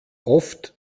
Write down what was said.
oft